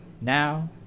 Now